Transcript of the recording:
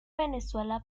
venezuela